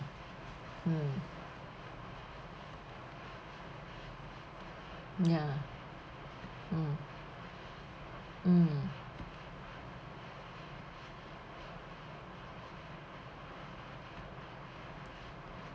mm ya mm mm